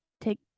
take